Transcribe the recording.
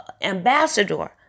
ambassador